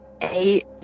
eight